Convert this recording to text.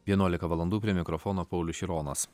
vienuolika valandų prie mikrofono paulius šironas